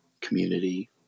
community